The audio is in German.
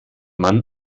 mann